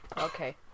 Okay